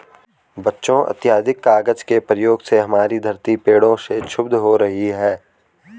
बच्चों अत्याधिक कागज के प्रयोग से हमारी धरती पेड़ों से क्षुब्ध हो रही है